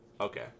Okay